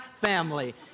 family